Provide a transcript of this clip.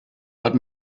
but